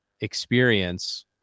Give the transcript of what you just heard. experience